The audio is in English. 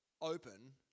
open